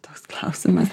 toks klausimas